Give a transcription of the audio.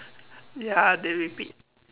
ya they repeat